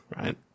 right